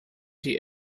die